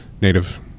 native